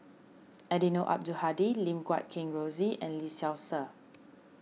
Eddino Abdul Hadi Lim Guat Kheng Rosie and Lee Seow Ser